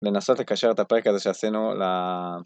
לנסות לקשר את הפרק הזה שעשינו, ל...